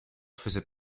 faisait